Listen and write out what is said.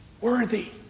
worthy